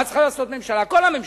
מה צריכה לעשות ממשלה, כל הממשלות?